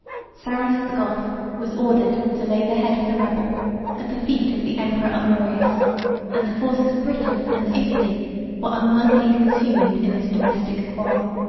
sarus the goth was ordered to lay the head of the rebel at the feet of the emperor honorius and the forces of britain and italy were unworthily consumed in this domestic quarrel.